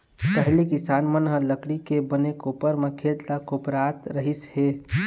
पहिली किसान मन ह लकड़ी के बने कोपर म खेत ल कोपरत रहिस हे